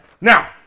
Now